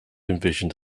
envisioned